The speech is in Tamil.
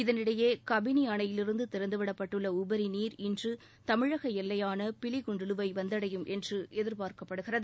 இதனிடையே கபினி அணையிலிருந்து திறந்துவிடப்பட்டுள்ள உபரி நீர் இன்று தமிழக எல்லையான பிலிகுண்டுவை வந்தடையும் என்று எதிர்பார்க்கப்படுகிறது